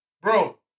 bro